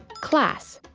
class,